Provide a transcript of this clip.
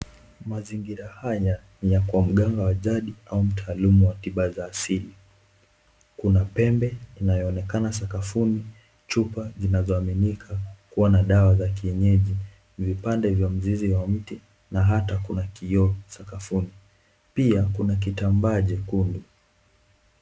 Mazingira haya ni ya kwa mganga wa jadi au mtaalamu wa tiba za asili. Kuna pembe inayoonekana sakafuni, chupa zinazoaminika kuwa na dawa za kienyeji, vipande vya mzizi wa mti na hata kuna kioo sakafuni. Pia, kuna kitambaa chekundu.